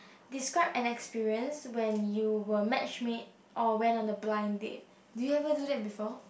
describe an experience when you were match made or went on a blind date do you ever do that before